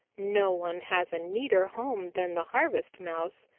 no one has a neater home than the harvest mouse.